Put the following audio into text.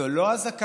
זו לא אזעקת